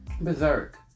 Berserk